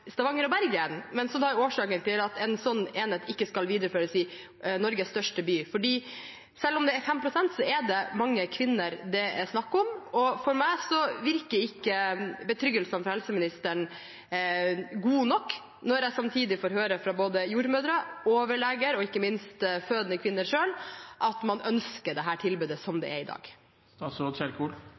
Stavanger og Bergen, og hva som er årsaken til at en slik enhet ikke skal videreføres i Norges største by. Selv om det er 5 pst., er det mange kvinner det er snakk om. For meg er ikke betryggelsene fra helseministeren gode nok når jeg samtidig får høre fra både jordmødre, overleger og ikke minst fødende kvinner selv at man ønsker å beholde dette tilbudet slik det er i